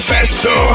Festo